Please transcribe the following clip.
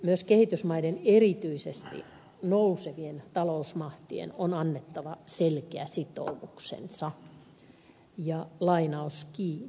myös kehitysmaiden erityisesti nousevien talousmahtien on annettava selkeä sitoumuksensa